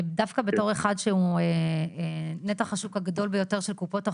דווקא בתור אחד שהוא נתח השוק הגדול ביותר של קופות החולים,